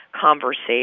conversation